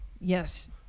Yes